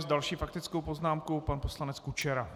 S další faktickou poznámkou pan poslanec Kučera.